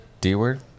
D-word